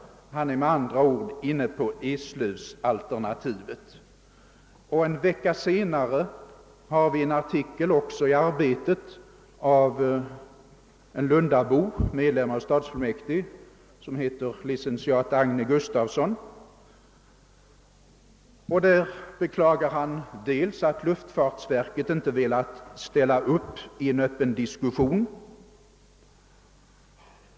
Han är med andra ord inne på eslövsalternativet. En vecka senare finner vi en artikel i Arbetet av en lundabo, medlem av stadsfullmäktige, licentiaten Agne Gustafsson. Där förklarar han att luftfartsverket inte velat ställa upp i en öppen diskussion.